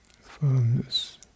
firmness